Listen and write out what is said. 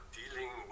dealing